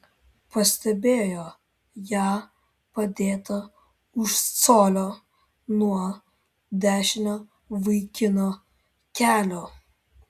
pastebėjo ją padėtą už colio nuo dešinio vaikino kelio